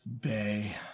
bay